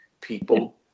people